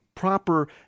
proper